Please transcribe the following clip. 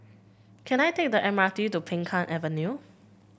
can I take the M R T to Peng Kang Avenue